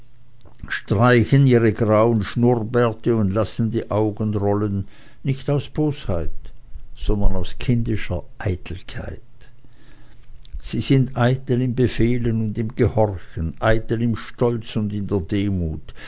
streichen ihre grauen schnurrbärte und lassen die augen rollen nicht aus bosheit sondern aus kindischer eitelkeit sie sind eitel im befehlen und im gehorchen eitel im stolz und in der demut